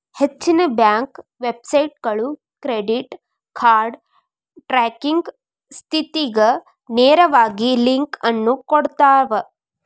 ಹೆಚ್ಚಿನ ಬ್ಯಾಂಕ್ ವೆಬ್ಸೈಟ್ಗಳು credit card tracking ಸ್ಥಿತಿಗ ನೇರವಾಗಿ ಲಿಂಕ್ ಅನ್ನು ಕೊಡ್ತಾವ